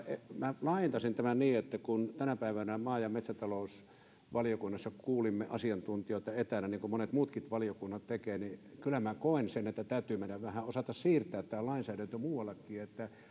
minä laajentaisin tämän niin että kun tänä päivänä maa ja metsätalousvaliokunnassa kuulimme asiantuntijoita etänä niin kuin monet muutkin valiokunnan tekevät niin kyllä minä koen että meidän vähän täytyy osata siirtää tämä lainsäädäntö muuallekin